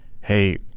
hey